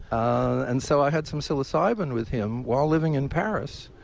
and so i had some psilocybin with him while living in paris.